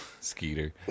Skeeter